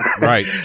Right